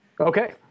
Okay